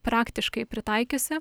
praktiškai pritaikiusi